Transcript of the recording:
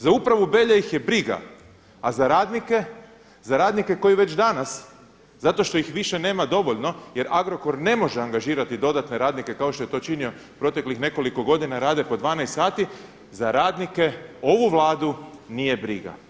Za upravu Belja ih je briga a za radnike, za radnike koji već danas zato što ih više nema dovoljno jer Agrokor ne može angažirati dodatne radnike kao što je to činio proteklih nekoliko godina, rade po 12 sati, za radnike ovu Vladu nije briga.